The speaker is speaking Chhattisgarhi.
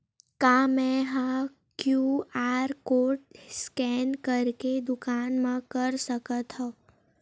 का मैं ह क्यू.आर कोड स्कैन करके दुकान मा कर सकथव?